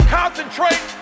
concentrate